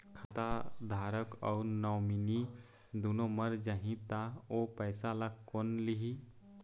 खाता धारक अऊ नोमिनि दुनों मर जाही ता ओ पैसा ला कोन लिही?